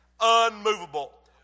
unmovable